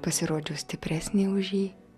pasirodžiau stipresnė už jį